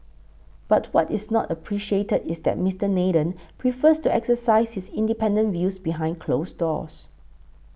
but what is not appreciated is that Mister Nathan prefers to exercise his independent views behind closed doors